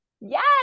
Yes